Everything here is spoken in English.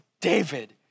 David